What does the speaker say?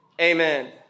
Amen